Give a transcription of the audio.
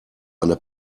eine